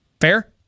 fair